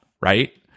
right